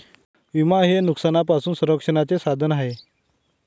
विमा हे नुकसानापासून संरक्षणाचे साधन आहे